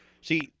See